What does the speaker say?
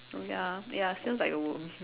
oh ya ya seems like a worm